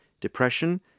depression